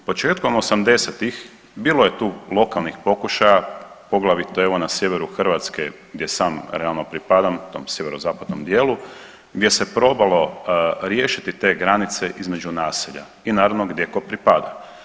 Početkom '80.-tih bilo je tu lokalnih pokušaja, poglavito evo na sjeveru Hrvatske gdje sam realno pripadam tom sjeverozapadnom dijelu gdje se probalo riješiti te granice između naselja i naravno gdje ko pripada.